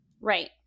Right